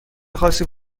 خاصی